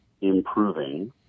improving